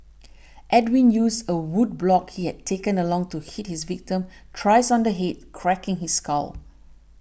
Edwin used a wood block he had taken along to hit his victim thrice on the head cracking his skull